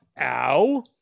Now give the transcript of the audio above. ow